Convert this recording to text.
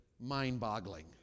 mind-boggling